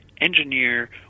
engineer